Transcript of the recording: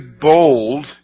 bold